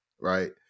Right